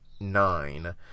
nine